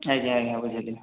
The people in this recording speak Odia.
ଆଜ୍ଞା ଆଜ୍ଞା ବୁଝିଲି